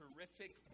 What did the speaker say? Terrific